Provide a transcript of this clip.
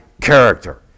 character